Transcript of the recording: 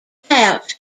pouch